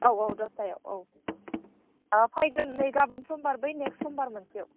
औ औ दसथायाव औ अह फाइगोन नै गाबोन समबार बै नेक्स्ट समबार मोनसेआव